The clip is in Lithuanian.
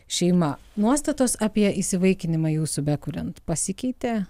šeima nuostatos apie įsivaikinimą jūsų bekuriant pasikeitė